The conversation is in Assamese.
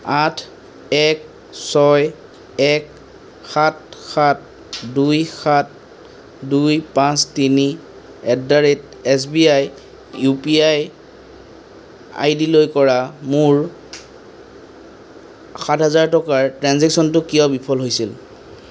আঠ এক ছয় এক সাত সাত দুই সাত দুই পাঁচ তিনি at the rate S B I U P I আইডিলৈ কৰা মোৰ সাত হাজাৰ টকাৰ ট্ৰেঞ্জেক্শ্য়নটো কিয় বিফল হৈছিল